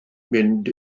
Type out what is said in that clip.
mynd